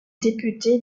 député